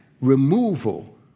removal